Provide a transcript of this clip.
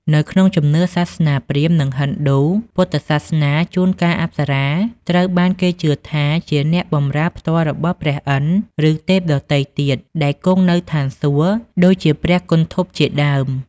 នៅក្នុងជំនឿសាសនាព្រាហ្មណ៍ និងឥណ្ឌូ ពុទ្ធសាសនា ជួនកាលអប្សរាត្រូវបានគេជឿថាជាអ្នកបំរើផ្ទាល់របស់ព្រះឥន្ទ្រ ឬទេពដទៃទៀតដែលគង់នៅស្ថានសួគ៌ ដូចជាព្រះគន្ធព្វជាដើម។